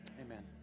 amen